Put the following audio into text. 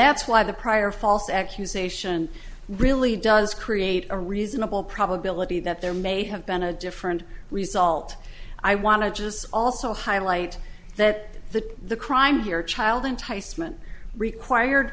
that's why the prior false accusation really does create a reasonable probability that there may have been a different result i want to just also highlight that the the crime here child enticement required